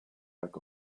back